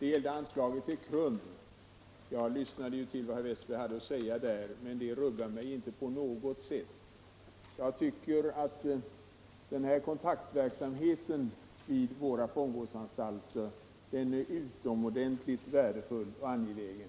Herr talman! Jag lyssnade till vad herr Westberg i Ljusdal hade att säga om anslaget till KRUM, men det rubbade mig inte på något sätt. Jag anser att kontaktverksamheten vid våra fångvårdsanstalter är utomordentligt värdefull och angelägen.